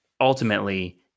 ultimately